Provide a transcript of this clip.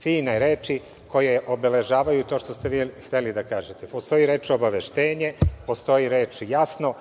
fine reči koje obeležavaju to što ste vi hteli da kažete. Postoji reč obaveštenje, postoji reč jasno,